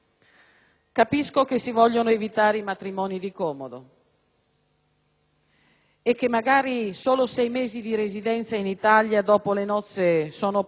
e che magari solo sei mesi di residenza in Italia dopo le nozze sono pochi, ma questa norma sembra